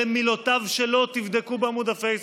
אלה מילותיו שלו, תבדקו בעמוד הפייסבוק.